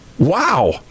wow